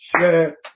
share